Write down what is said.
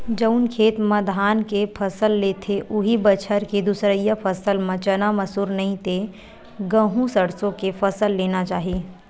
जउन खेत म धान के फसल लेथे, उहीं बछर के दूसरइया फसल म चना, मसूर, नहि ते गहूँ, सरसो के फसल लेना चाही